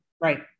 Right